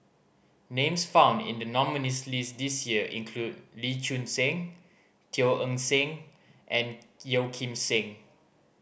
names found in the nominees' list this year include Lee Choon Seng Teo Eng Seng and Yeo Kim Seng